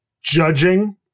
judging